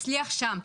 הצליח שם.